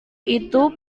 itu